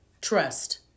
Trust